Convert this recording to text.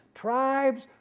tribes,